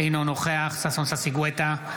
אינו נוכח ששון ששי גואטה,